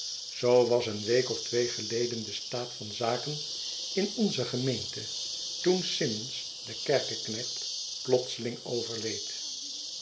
zoo was een week of twee geleden de staat van zaken in onze gemeente toen simmons de kerkeknecht plotseling overleed